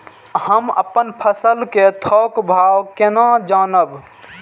हम अपन फसल कै थौक भाव केना जानब?